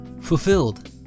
fulfilled